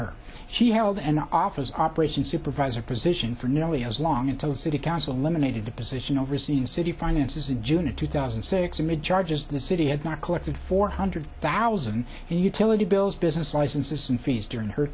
her she held an office operation supervisor position for nearly as long until city council nominated the position overseeing city finances in june of two thousand and six amid charges the city had not collected four hundred thousand and utility bills business licenses and fees during her